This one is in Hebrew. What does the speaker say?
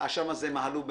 שם מהלו במים,